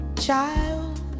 child